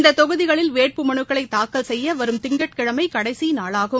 இந்த தொகுதிகளில் வேட்புமனுக்களை தாக்கல் செய்ய வரும் திங்கட்கிழமை கடைசி நாளாகும்